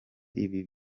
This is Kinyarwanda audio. ibi